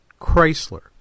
Chrysler